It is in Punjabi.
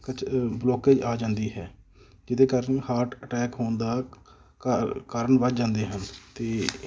ਬਲੋਕੇਜ ਆ ਜਾਂਦੀ ਹੈ ਜਿਹਦੇ ਕਾਰਨ ਹਾਰਟ ਅਟੈਕ ਹੋਣ ਦਾ ਕਾ ਕਾਰਨ ਵੱਧ ਜਾਂਦੇ ਹਨ ਅਤੇ